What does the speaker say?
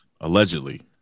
Allegedly